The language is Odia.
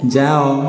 ଯାଅ